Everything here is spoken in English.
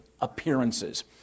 appearances